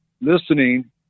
listening